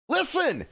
Listen